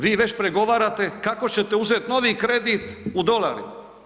Vi već pregovarate kako ćete uzet novi kredit u dolarima.